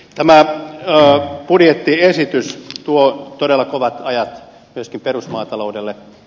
tämä budjettiesitys tuo todella kovat ajat myöskin perusmaataloudelle